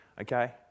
okay